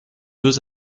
deux